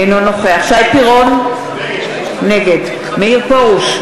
אינו נוכח שי פירון, נגד מאיר פרוש,